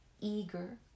eager